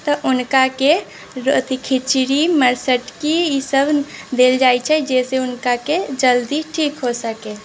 तऽ हुनका के अथी खिचड़ी मरसटकी ईसभ देल जाइत छै जाहिसँ हुनका के जल्दी ठीक हो सके